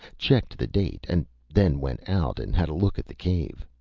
checked the date and then went out and had a look at the cave.